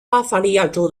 巴伐利亚州